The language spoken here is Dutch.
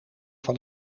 van